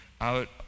out